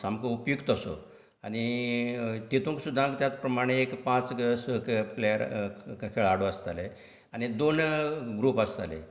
सामको उपिक्त असो आनी तितूंत सुद्दां त्याच प्रमाणें एक पांच क प्लेयर खेळाडू आसताले आनी दोन ग्रूप आसताले